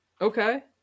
Okay